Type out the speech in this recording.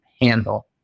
handle